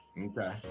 Okay